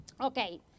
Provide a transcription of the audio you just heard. Okay